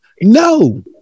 No